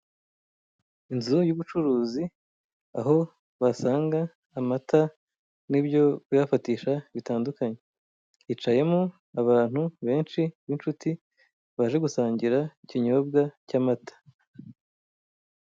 Inzu y'ubucuruzi, aho wasanga amata n'ibyo kuyafatisha bitandukanye. Hicamo abantu benshi b'inshuti, baje gusangira ikinyobwa cy'amata.